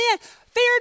fear